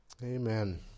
Amen